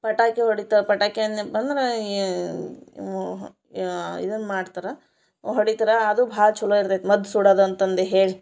ಪಟಾಕಿ ಹೊಡಿತಾರೆ ಪಟಾಕಿ ಅಂದ್ನ್ಯಪ್ಪ ಅಂದ್ರೆ ಯ ಇದನ್ನು ಮಾಡ್ತರೆ ಹೊಡಿತಾರೆ ಅದು ಭಾಳ ಛಲೋ ಇರ್ತೈತೆ ಮದ್ದು ಸುಡೋದು ಅಂತಂದು ಹೇಳಿ